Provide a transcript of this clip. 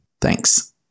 Thanks